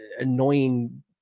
annoying